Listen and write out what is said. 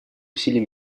усилий